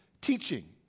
teaching